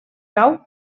cau